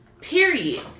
Period